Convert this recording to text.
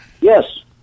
Yes